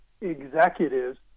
executives